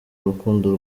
urukundo